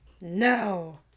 No